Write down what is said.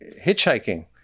hitchhiking